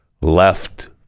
left